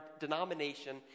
denomination